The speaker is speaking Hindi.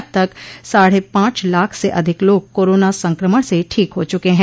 अब तक साढ़े पांच लाख से अधिक लोग कोरोना संक्रमण से ठीक हो चुके हैं